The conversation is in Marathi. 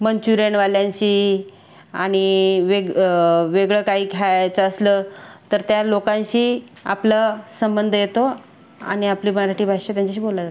मंच्युरियनवाल्यांशी आणि वेग वेगळं काही खायचं असलं तर त्या लोकांशी आपला संबंध येतो आणि आपली मराठी भाषा त्यांच्याशी बोलली जाते